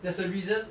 there's a reason